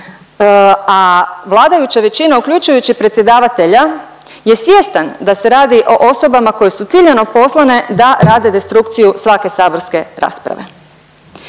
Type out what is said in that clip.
A vladajuća većina, uključujući i predsjedavatelja je svjestan da se radi o osobama koje su ciljano poslane da rade destrukciju svake saborske rasprave.